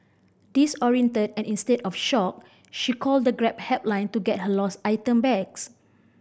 disoriented and in state of shock she called the Grab helpline to get her lost item backs